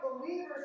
believers